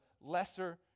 lesser